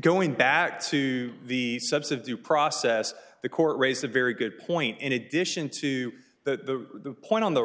going back to the subs of due process the court raised a very good point in addition to the point on the